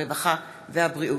הרווחה והבריאות.